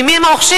ממי הם רוכשים?